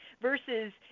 versus